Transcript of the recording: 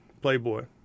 Playboy